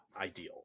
ideal